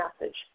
message